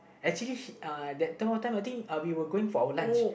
actually uh that point of time I think uh we were going for our lunch